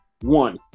One